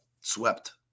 swept